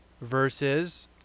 versus